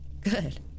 Good